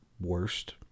worst